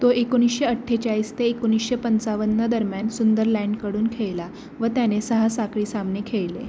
तो एकोणीशे अठ्ठेचाळीस ते एकोणीशे पंचावन्न दरम्यान सुंदरलँडकडून खेळाला व त्याने सहा साखळी सामने खेळले